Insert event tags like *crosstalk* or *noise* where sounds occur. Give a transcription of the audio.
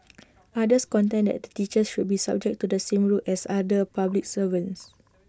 *noise* others contend that teachers should be subject to the same rules as other public servants